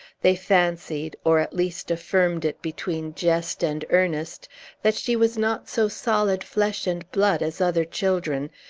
they fancied or, at least, affirmed it, between jest and earnest that she was not so solid flesh and blood as other children,